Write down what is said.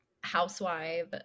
housewife